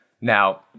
Now